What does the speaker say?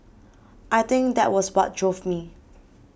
I think that was what drove me